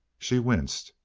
she winced.